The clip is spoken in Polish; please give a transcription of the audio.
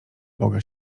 boga